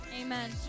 Amen